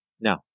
No